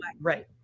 right